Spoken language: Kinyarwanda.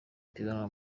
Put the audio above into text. ipiganwa